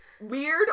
Weird